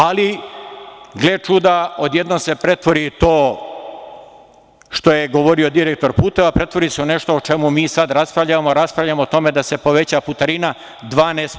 Ali, gle čuda odjednom se pretvori to, što je govorio direktor puteva, pretvori se u nešto o čemu mi sada raspravljamo, a raspravljamo o tome da se poveća putarina 12%